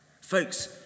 Folks